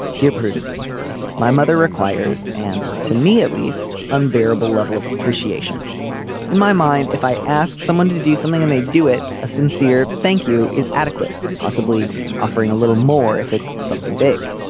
dear prudence my mother requires. and to me at least unbearable level of appreciation in my mind if i ask someone to to do something and they do it a sincere thank you is adequate. possibly offering a little more if it's something big.